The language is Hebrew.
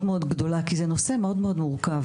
מאוד גדולה כי זה נושא מאוד מאוד מורכב.